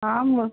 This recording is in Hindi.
हाँ